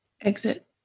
Exit